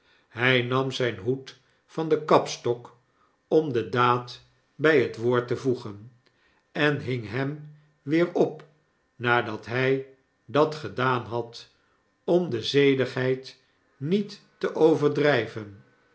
hg nam zjjn hoed van den kapstok om de daad bg het woord te voegen en hing hem weer op nadat hj dat gedaan had om de zedigheid niet te overdrjjven